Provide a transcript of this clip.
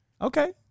Okay